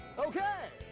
ok.